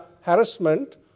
harassment